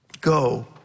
Go